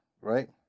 right